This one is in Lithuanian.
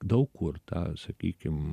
daug kur tą sakykim